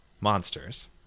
monsters